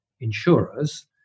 insurers